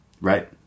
Right